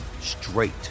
straight